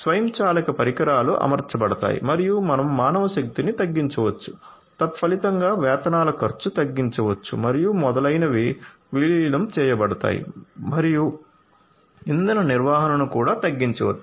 స్వయంచాలక పరికరాలు అమర్చబడతాయి మరియు మనం మానవశక్తిని తగ్గించవచ్చు తత్ఫలితంగా వేతనాలు ఖర్చు తగ్గించవచ్చు మరియు మొదలైనవి విలీనం చేయబడతాయి మరియు ఇంధన నిర్వహణను కూడా తగ్గించవచ్చు